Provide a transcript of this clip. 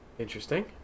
Interesting